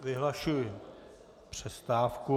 Vyhlašuji přestávku.